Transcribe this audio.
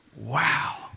wow